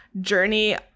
journey